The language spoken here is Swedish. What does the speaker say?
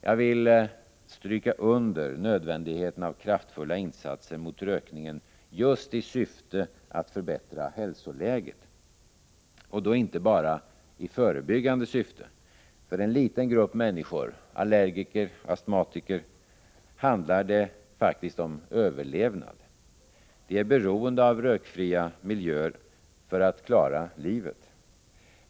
Jag vill stryka under nödvändighe ten av kraftfulla insatser mot rökningen just i syfte att förbättra hälsoläget — Utvecklingslinjer och då inte bara i förebyggande syfte. För en liten grupp människor — för hälsooch sjukallergiker och astmatiker — handlar det faktiskt om överlevnad. De är vården beroende av rökfria miljöer för att klara livet.